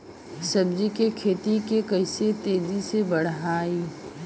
सब्जी के खेती के कइसे तेजी से बढ़ाई?